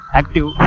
active